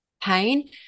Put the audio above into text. pain